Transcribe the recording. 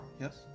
yes